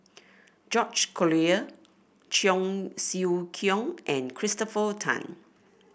George Collyer Cheong Siew Keong and Christopher Tan